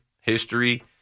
history